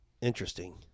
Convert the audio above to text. Interesting